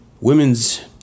Women's